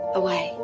away